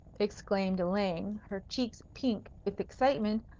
exclaimed elaine, her cheeks pink with excitement,